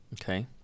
Okay